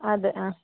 അതെ ആ